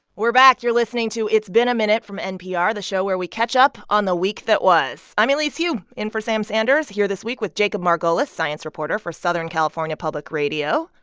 we're back. you're listening to it's been a minute from npr, the show where we catch up on the week that was. i'm elise hu in for sam sanders here this week with jacob margolis, science reporter for southern california public radio,